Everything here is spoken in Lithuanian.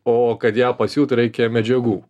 o kad ją pasiūti reikia medžiagų